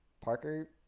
Parker